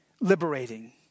liberating